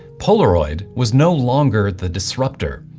polaroid was no longer the disrupter.